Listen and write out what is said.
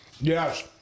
Yes